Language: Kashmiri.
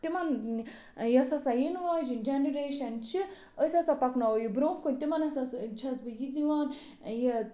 تِمَن یۄس ہَسا یِنہٕ واجٮ۪ن جنریشَن چھِ أسۍ ہَسا پَکناوَو یہِ برٛونٛہہ کُن تِمَن ہَسا چھَس بہٕ یہِ دِوان یہِ